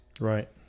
right